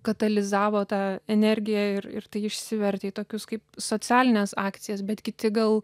katalizavo tą energiją ir ir tai išsivertė į tokius kaip socialines akcijas bet kiti gal